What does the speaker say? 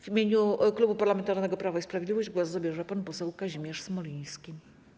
W imieniu Klubu Parlamentarnego Prawo i Sprawiedliwość głos zabierze pan poseł Kazimierz Smoliński.